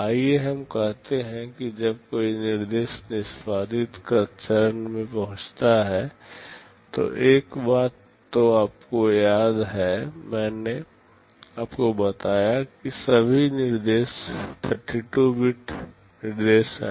आइए हम कहते हैं कि जब कोई निर्देश निष्पादित चरण में पहुंचता है तो एक बात जो आपको याद है मैंने आपको बताया कि सभी निर्देश 32 बिट निर्देश हैं